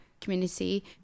community